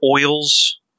oils